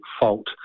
fault